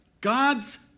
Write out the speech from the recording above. God's